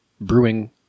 brewing